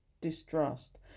distrust